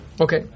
Okay